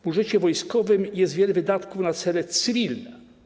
W budżecie wojskowym jest wiele wydatków na cele cywilne.